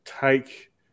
take